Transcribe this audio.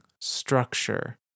structure